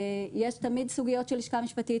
יש תמיד סוגיות של לשכה משפטית,